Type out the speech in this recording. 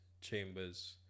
Chambers